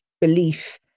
belief